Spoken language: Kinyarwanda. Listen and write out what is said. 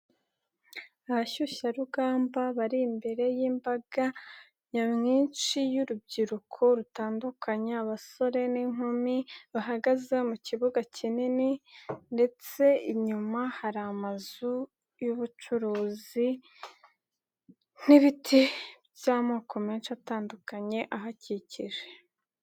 Abashyushyarugamba bari imbere y'imbaga nyamwinshi y'urubyiruko rutandukanye abasore n'inkumi bahagaze mu kibuga kinini ndetse inyuma hari amazu y'ubucuruzi n'ibiti by'amoko menshi atandukanye ahakikije.